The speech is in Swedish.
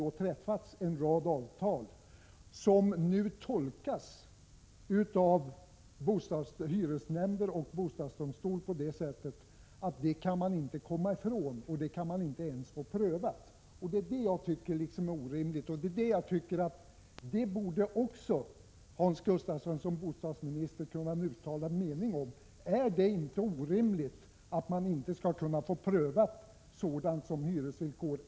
Dessa avtal tolkas nu av hyresnämnder och av bostadsdomstolen på det sättet att man inte kan komma ifrån dessa uppgörelser — man kan inte ens få saken prövad. Det är det jag tycker är orimligt. Det borde också Hans Gustafsson som bostadsminister kunna uttala en mening om. Är det inte orimligt att man inte skall kunna få sådant prövat som hyresvillkor?